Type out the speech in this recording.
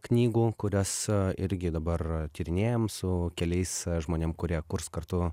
knygų kurias irgi dabar tyrinėjam su keliais žmonėm kurie kurs kartu